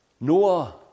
Noah